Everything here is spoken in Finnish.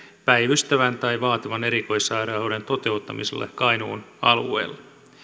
päivystävän tai vaativan erikoissairaanhoidon toteuttamiselle kainuun alueella